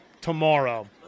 tomorrow